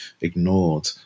ignored